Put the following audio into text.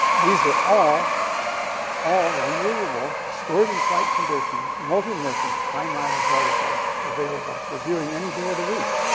these are all all reusable, stored in flight condition, multimission, high-mileage articles available for viewing any day of the week.